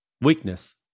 weakness